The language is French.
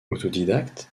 autodidacte